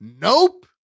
Nope